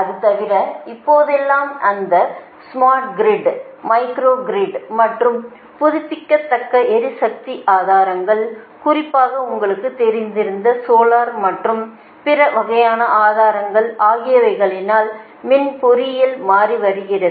அது தவிர இப்போதெல்லாம் அந்த ஸ்மார்ட் கிரிட் மைக்ரோ கிரிட் மற்றும் புதுப்பிக்கத்தக்க எரிசக்தி ஆதாரங்கள் குறிப்பாக உங்களுக்குத் தெரிந்த சோலார் மற்றும் பிற வகையான ஆதாரங்கள் ஆகியவைகளினால் மின் பொறியியல் மாறி வருகிறது